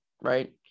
Right